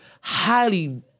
highly